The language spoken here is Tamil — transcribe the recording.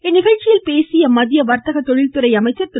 இந்நிகழ்ச்சியில் பேசிய மத்திய வர்த்தக தொழில்துறை அமைச்சர் திரு